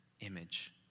image